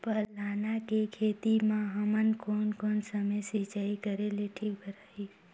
पाला के खेती मां हमन कोन कोन समय सिंचाई करेले ठीक भराही?